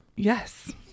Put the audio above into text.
Yes